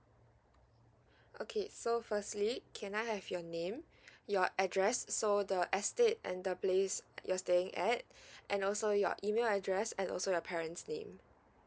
okay so firstly can I have your name your address so the estate and the place you're staying at and also your email address and also your parents' name